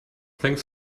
thanks